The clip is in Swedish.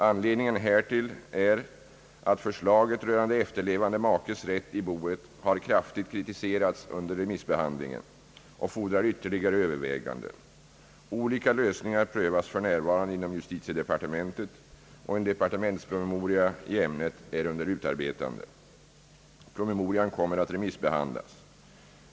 Anledningen härtill är att förslaget rörande efterlevande makes rätt i boet har kraftigt kritiserats under remissbehandlingen och fordrar ytterligare överväganden. Olika lösningar prövas för närvarande inom justitiedepartementet, och en departementspromemoria i ämnet är under utarbetande. Promemorian kommer att remissbehandlas.